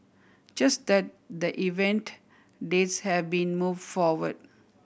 just that the event dates have been move forward